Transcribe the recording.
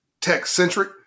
tech-centric